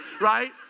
right